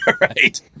right